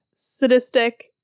sadistic